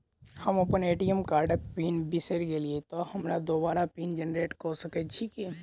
हम अप्पन ए.टी.एम कार्डक पिन बिसैर गेलियै तऽ हमरा दोबारा पिन जेनरेट कऽ सकैत छी की?